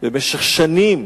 במשך שנים,